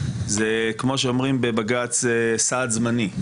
זה כמו שאומרים בבג"ץ "סעד זמני".